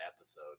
episode